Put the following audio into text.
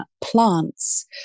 plants